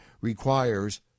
requires